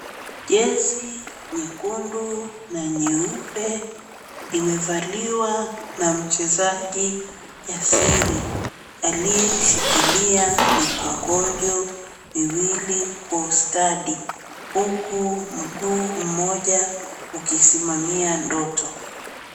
Jezi nyekundu na nyeupe imevaliwa na mchezaji jasiri, aliyeshikilia mikongojo miwili kwa ustadi huku mguu mmoja ukisimamia ndoto.